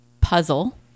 puzzle